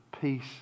Peace